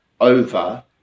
over